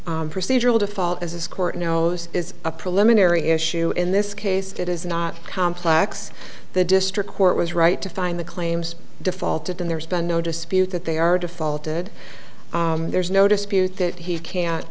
procedural default as this court knows is a preliminary issue in this case it is not complex the district court was right to find the claims defaulted and there's been no dispute that they are defaulted there's no dispute that he can't